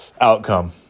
outcome